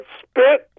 spit